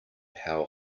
how